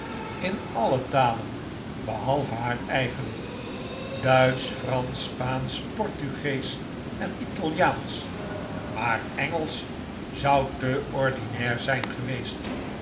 met alles talen behalve haar eigen duitsch fransch spaansch portugeesch en italiaansch maar engelsch zou te ordinair zijn geweest